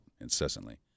incessantly